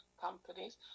companies